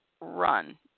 Run